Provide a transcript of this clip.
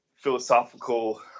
philosophical